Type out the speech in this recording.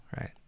right